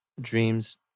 dreams